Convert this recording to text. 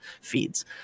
feeds